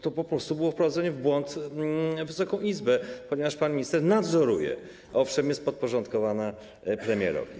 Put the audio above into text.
To po prostu było wprowadzenie w błąd Wysoką Izbę, ponieważ pan minister nadzoruje, owszem, jest podporządkowane premierowi.